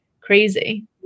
crazy